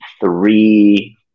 three